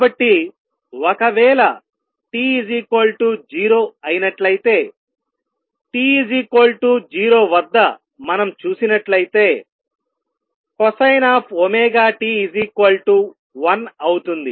కాబట్టిఒకవేళ t0 అయినట్లయితేt0 వద్ద మనం చూసినట్లయితే కొసైన్ 1 అవుతుంది